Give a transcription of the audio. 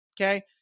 Okay